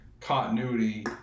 continuity